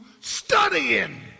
studying